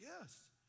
Yes